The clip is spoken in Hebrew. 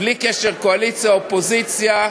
בלי קשר קואליציה אופוזיציה,